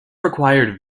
required